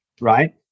Right